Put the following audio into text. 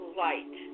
light